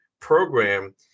program